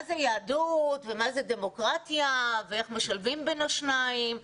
זה יהדות ומה זה דמוקרטיה ואיך משלבים בין השניים.